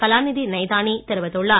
கலாநிதி நைதானி தெரிவித்துள்ளார்